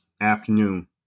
afternoon